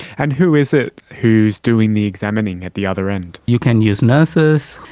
and who is it who is doing the examining at the other end? you can use nurses,